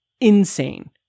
insane